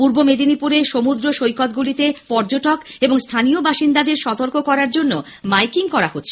পূর্ব মেদিনীপুরে সমুদ্র সৈকতগুলিতে পর্যটক এবং স্থানীয় বাসিন্দাদের সতর্ক করার জন্য মাইকিং করা হচ্ছে